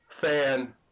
fan